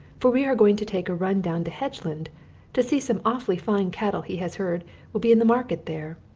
for we are going to take a run down to hedgeland to see some awfully fine cattle he has heard will be in the market there.